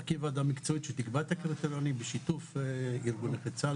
להקים ועדה מקצועית שתקבע את הקריטריונים בשיתוף ארגון נכי צה"ל,